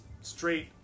straight